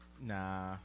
Nah